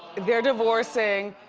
they're divorcing.